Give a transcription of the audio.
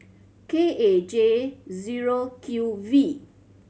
K A J zero Q V